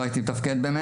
לא תפקדתי,